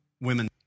women